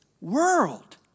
world